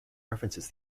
references